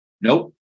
Nope